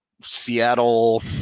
Seattle